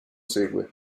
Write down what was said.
segue